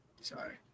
Sorry